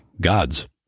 gods